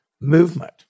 movement